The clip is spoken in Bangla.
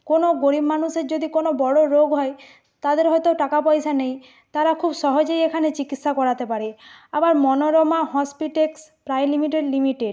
কোনো গরিব মানুষের যদি কোনো বড়ো রোগ হয় তাদের হয়তো টাকা পয়সা নেই তারা খুব সহজেই এখানে চিকিৎসা করাতে পারে আবার মনোরমা হস্পিটেক্স প্রায় লিমিটেড লিমিটেড